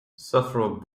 several